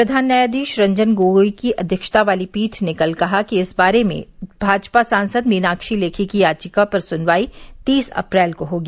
प्रधान न्यायाधीश रंजन गोगोई की अध्यक्षता वाली पीठ ने कल कहा कि इस बारे में भाजपा सासंद मीनाक्षी लेखी की याचिका पर सुनवाई तीस अप्रैल को होगी